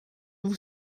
vous